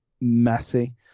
messy